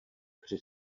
při